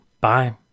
Bye